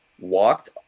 walked